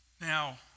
Now